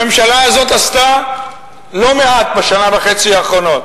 הממשלה הזאת עשתה לא מעט בשנה וחצי האחרונות